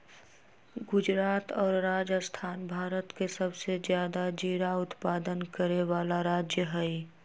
गुजरात और राजस्थान भारत के सबसे ज्यादा जीरा उत्पादन करे वाला राज्य हई